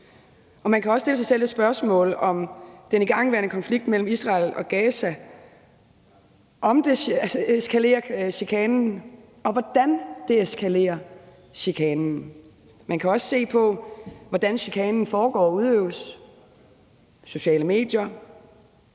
Man kan også stille sig selv det spørgsmål, om den igangværende konflikt mellem Israel og Gaza eskalerer chikanen, og hvordan den eskalerer chikanen. Man kan også se på, hvordan chikanen foregår og udøves, f.eks. på sociale medier.